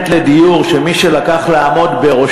הלוואי, למה לא?